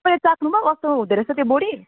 तपाईँले चाख्नु भयो कस्तो हुँदो रहेछ त्यो बोडी